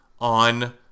on